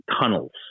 tunnels